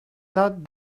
that